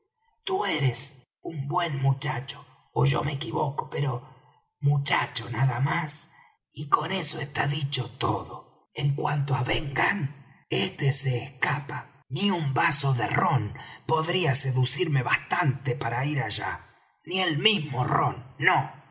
tú eres un buen muchacho ó yo me equivoco pero muchacho nada más y con eso está dicho todo en cuanto á ben gunn éste se escapa ni un vaso de rom podría seducirme bastante para ir allá ni el mismo rom no